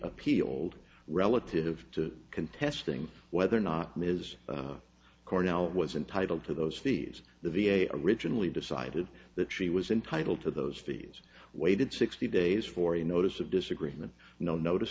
appealed relative to contesting whether or not ms cornell was entitled to those fees the v a originally decided that she was entitled to those fees waited sixty days for a notice of disagreement no notice